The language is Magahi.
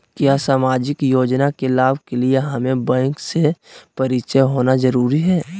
क्या सामाजिक योजना के लाभ के लिए हमें बैंक से परिचय होना जरूरी है?